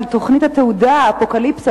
על תוכנית התעודה "אפוקליפסה",